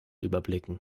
überblicken